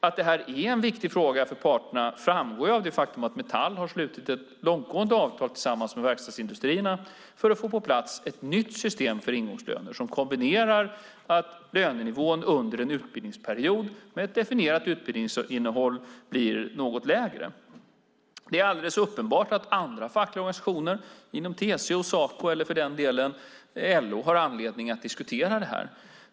Att det här är en viktig fråga för parterna framgår av det faktum att Metall har slutit ett långtgående avtal med verkstadsindustrierna för att få på plats ett nytt system för ingångslöner som gör att lönenivån under en utbildningsperiod med ett definierat utbildningsinnehåll blir något lägre. Det är alldeles uppenbart att andra fackliga organisationer inom TCO, Saco eller för den delen LO har anledning att diskutera det här.